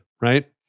right